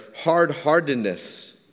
hard-heartedness